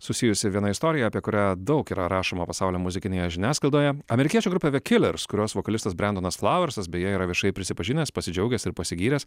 susijusi viena istorija apie kurią daug yra rašoma pasaulio muzikinėje žiniasklaidoje amerikiečių grupė the killers kurios vokalistas brendonas flauversas beje yra viešai prisipažinęs pasidžiaugęs ir pasigyręs